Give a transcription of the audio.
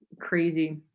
Crazy